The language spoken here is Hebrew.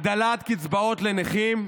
הגדלת קצבאות לנכים,